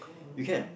you can't